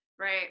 right